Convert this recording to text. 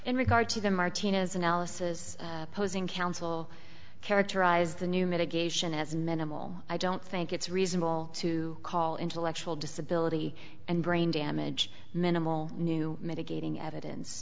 in regard to the martinez analysis opposing counsel characterize the new mitigation as minimal i don't think it's reasonable to call intellectual disability and brain damage minimal new mitigating evidence